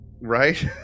Right